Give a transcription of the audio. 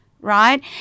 right